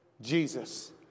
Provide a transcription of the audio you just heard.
Jesus